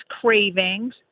cravings